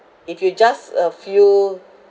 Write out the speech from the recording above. if you just a few